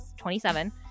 27